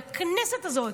לכנסת הזאת,